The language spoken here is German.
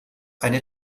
eine